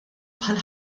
bħal